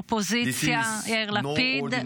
האופוזיציה הנכבד יאיר לפיד,